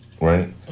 right